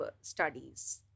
studies